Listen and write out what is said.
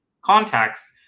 context